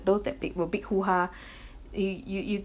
those that big will big hoo-ha you you you